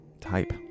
type